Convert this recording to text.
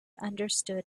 understood